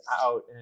out